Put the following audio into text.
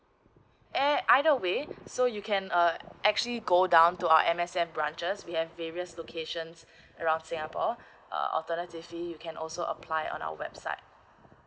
eh either way so you can uh actually go down to our M_S_F branches we have various locations around singapore uh alternatively you can also apply on our website